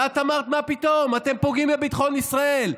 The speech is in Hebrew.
ואת אמרת: מה פתאום, אתם פוגעים בביטחון ישראל.